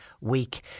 week